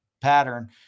pattern